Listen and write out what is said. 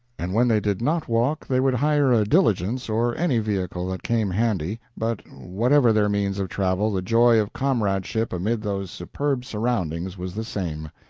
and when they did not walk they would hire a diligence or any vehicle that came handy, but, whatever their means of travel the joy of comradeship amid those superb surroundings was the same.